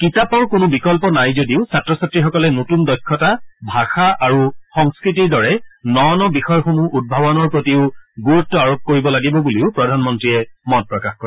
কিতাপৰ কোনো বিকয় নাই যদিও ছাত্ৰ ছাত্ৰীসকলে নতুন দক্ষতা ভাষা আৰু সংস্কৃতিৰ দৰে ন ন বিষয়সমূহ উদ্ভাৱনৰ প্ৰতিও গুৰুত আৰোপ কৰিব লাগিব বুলিও প্ৰধানমন্ত্ৰীয়ে মত প্ৰকাশ কৰে